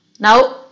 Now